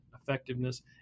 effectiveness